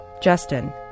Justin